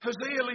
Hosea